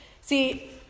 See